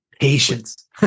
Patience